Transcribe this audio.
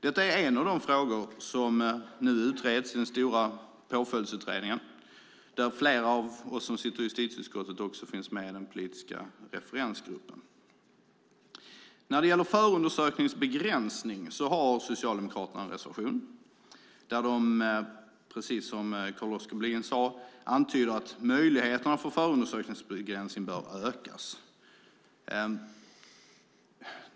Detta är en av de frågor som nu utreds i den stora Påföljdsutredningen där flera av oss i justitieutskottet också ingår i den politiska referensgruppen. När det gäller förundersökningsbegränsning har Socialdemokraterna en reservation där de, precis som Carl-Oskar Bohlin sade, antyder att möjligheterna till förundersökningsbegränsning bör ökas.